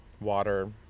water